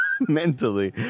mentally